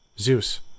Zeus